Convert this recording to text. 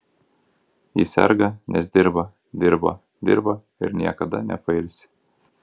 ji serga nes dirba dirba dirba ir niekada nepailsi